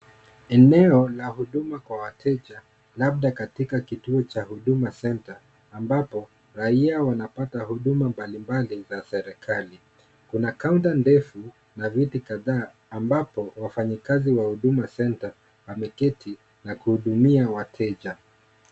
Eneo la huduma kwa wateja labda katika kituo cha Huduma Center ambapo raia wanapata huduma mbali mbali za serikali. Kuna kaunta ndefu na viti kadhaa ambapo wafanyi kazi wa huduma center wameketi na kuhudumia wateja.